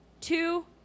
two